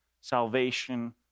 Salvation